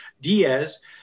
Diaz